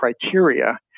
criteria